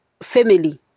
family